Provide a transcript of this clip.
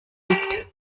gibt